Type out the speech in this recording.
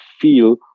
feel